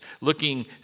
looking